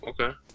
Okay